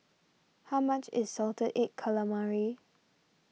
how much is Salted Egg Calamari